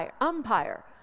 umpire